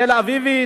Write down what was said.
תל-אביבית,